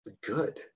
good